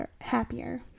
happier